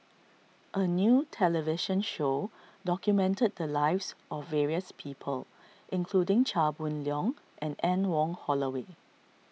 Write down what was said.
a new television show documented the lives of various people including Chia Boon Leong and Anne Wong Holloway